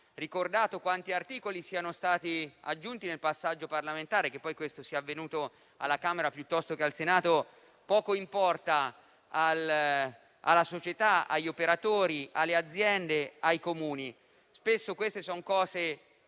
ricordato quanti articoli siano stati aggiunti nel passaggio parlamentare. Che poi questo sia avvenuto alla Camera piuttosto che al Senato poco importa alla società, agli operatori, alle aziende, ai Comuni. Spesso queste sono cose